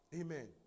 Amen